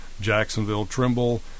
Jacksonville-Trimble